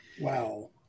Wow